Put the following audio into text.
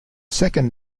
second